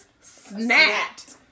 snapped